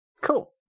Cool